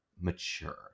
mature